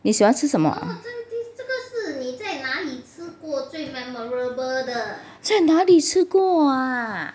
你喜欢吃什么在那里吃过啊